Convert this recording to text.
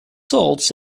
salts